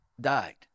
died